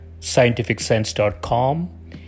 scientificsense.com